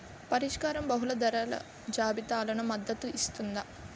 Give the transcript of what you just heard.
పరిష్కారం బహుళ ధరల జాబితాలకు మద్దతు ఇస్తుందా?